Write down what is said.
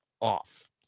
off